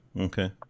okay